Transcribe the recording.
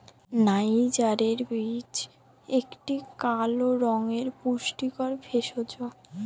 নাইজারের বীজ একটি কালো রঙের পুষ্টিকর ভেষজ